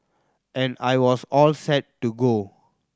and I was all set to go